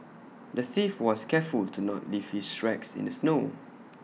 the thief was careful to not leave his tracks in the snow